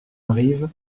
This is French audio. arrive